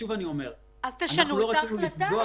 תשנו את ההחלטה.